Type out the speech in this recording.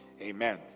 Amen